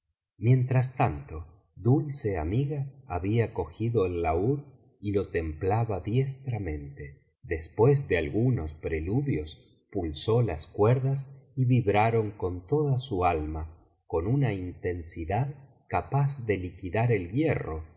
mientras tanto dulce amiga había cogido el laúd y lo templaba diestramente después de algunos preludios pulsó las cuerdas y vibraron con toda su alma con una intensidad capaz de liquidar el hierro